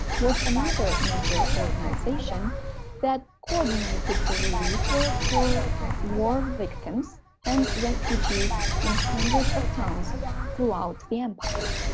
was another major organization that coordinated the relief work for war victims and refugees in hundreds of towns throughout the empire.